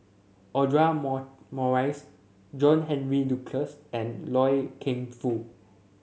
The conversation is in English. Audra more Morrice John Henry Duclos and Loy Keng Foo